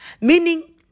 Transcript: meaning